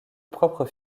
propre